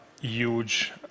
huge